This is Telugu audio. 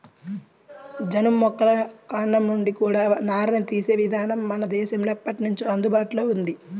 జనుము మొక్కల కాండం నుంచి కూడా నారని తీసే ఇదానం మన దేశంలో ఎప్పట్నుంచో అందుబాటులో ఉంది